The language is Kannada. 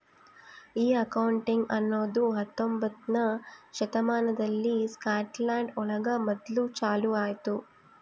ಈ ಅಕೌಂಟಿಂಗ್ ಅನ್ನೋದು ಹತ್ತೊಂಬೊತ್ನೆ ಶತಮಾನದಲ್ಲಿ ಸ್ಕಾಟ್ಲ್ಯಾಂಡ್ ಒಳಗ ಮೊದ್ಲು ಚಾಲೂ ಆಯ್ತು